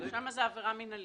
שם זו עבירה מינהלית.